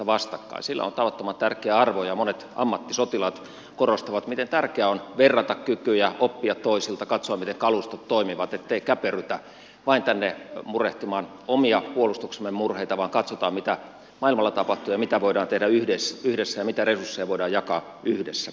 sillä on tavattoman tärkeä arvo ja monet ammattisotilaat korostavat miten tärkeää on verrata kykyjä oppia toisilta katsoa miten kalustot toimivat ettei käperrytä vain tänne murehtimaan omia puolustuksemme murheita vaan katsotaan mitä maailmalla tapahtuu ja mitä voidaan tehdä yhdessä ja mitä resursseja voidaan jakaa yhdessä